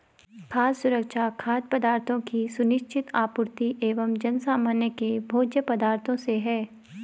खाद्य सुरक्षा खाद्य पदार्थों की सुनिश्चित आपूर्ति एवं जनसामान्य के भोज्य पदार्थों से है